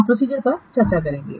हम प्रोसीजरपर चर्चा करेंगे